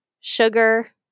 sugar